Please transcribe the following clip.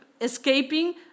escaping